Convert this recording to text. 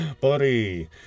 buddy